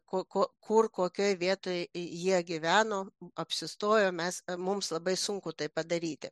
ko ko kur kokioj vietoje jie gyveno apsistojo mes mums labai sunku tai padaryti